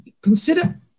Consider